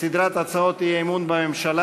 סדרת הצעות אי-אמון בממשלה.